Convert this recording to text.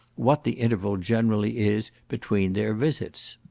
what the interval generally is between their visits.